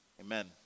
Amen